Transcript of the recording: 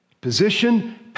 Position